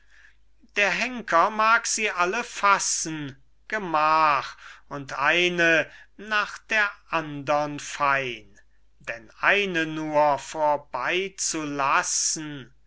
der henker mag sie alle fassen gemach und eine nach der andern fein denn eine nur